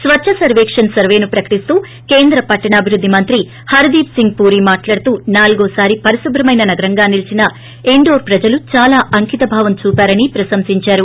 స్వచ్చ సర్వేకణ్ సర్వేను ప్రకటిస్తూ కేంద్ర పట్టణాభివృద్ది మంత్రి హర్దీప్ సింగ్ పూరీ మాట్లాడుతూ నాలుగోసారి పరిశుభ్రమైన నగరంగా నిలీచిన ఇండోర్ ప్రజలు చాలా అంకిత భావం చూపారని ప్రశంసించారు